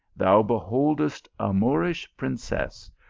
thou beholdest a moorish princess,